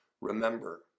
remember